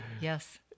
yes